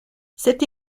cette